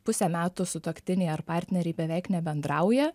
pusę metų sutuoktiniai ar partneriai beveik nebendrauja